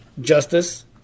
justice